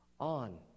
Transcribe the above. on